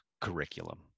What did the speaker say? curriculum